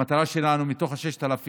המטרה שלנו היא שמתוך ה-6,000,